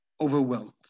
overwhelmed